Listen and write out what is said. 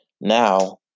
Now